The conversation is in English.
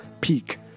peak